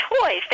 toys